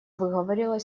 выговаривала